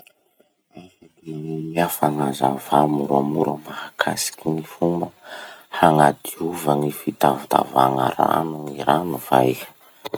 Afaky magnome fanazavà moramora mahakasiky gny fomba hagnadiova ny fitavatavagna rano gny rano va iha?